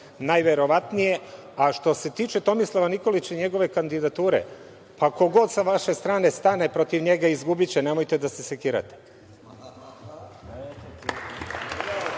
najverovatnije. Što se tiče Tomislava Nikolića i njegove kandidature, ko god sa vaše strane stane protiv njega, izgubiće, nemojte da se sekirate.